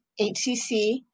HCC